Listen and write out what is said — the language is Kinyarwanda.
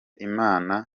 imana